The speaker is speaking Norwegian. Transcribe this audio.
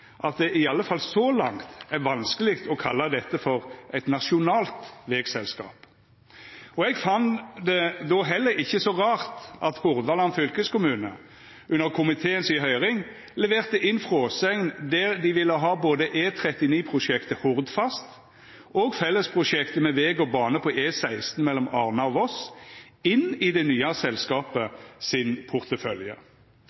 at det i alle fall så langt er vanskeleg å kalla dette for eit nasjonalt vegselskap. Eg fann det då heller ikkje så rart at Hordaland fylkeskommune, under komitéhøyringa, leverte inn ei fråsegn der dei ville ha både E39-prosjektet Hordfast og fellesprosjektet med veg og bane på E16 mellom Arna og Voss inn i det nye